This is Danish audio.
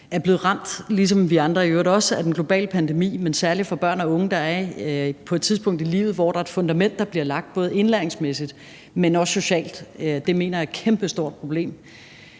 er blevet ramt, ligesom vi andre i øvrigt også er, af den globale pandemi; men det gælder særlig for børn og unge, der er på et tidspunkt i livet, hvor der bliver lagt et fundament, både indlæringsmæssigt, men også socialt. Det mener jeg er et kæmpestort problem.